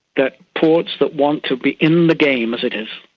that ports that wants to be in the game, as it is,